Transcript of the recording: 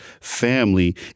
family